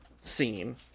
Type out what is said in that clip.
scene